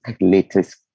latest